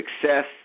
success